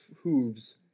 hooves